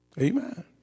Amen